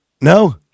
No